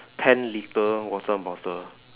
ten litre water bottle